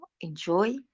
enjoy